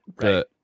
Right